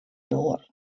doar